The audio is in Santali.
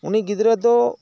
ᱩᱱᱤ ᱜᱤᱫᱽᱨᱟᱹ ᱫᱚ